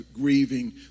grieving